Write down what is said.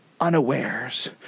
unawares